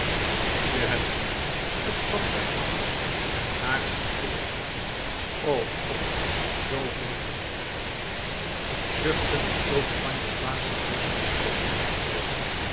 je hebt gelijk het kan niet anders maar het is veel geld och god zooveel geld zuchtend besloot de pandjesbaas zich deze opoffering te getroosten